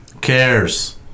Cares